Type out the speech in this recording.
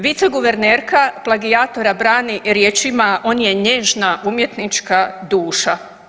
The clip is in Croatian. Viceguvernerka plagijatora brani riječima on je nježna umjetnička duša.